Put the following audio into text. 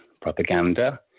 propaganda